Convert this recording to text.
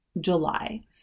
July